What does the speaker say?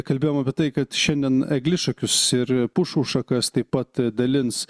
kalbėjom apie tai kad šiandien eglišakius ir pušų šakas taip pat dalins